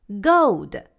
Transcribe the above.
Gold